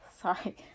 sorry